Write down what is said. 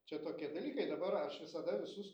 čia tokie dalykai dabar aš visada visus